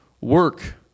Work